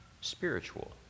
spiritual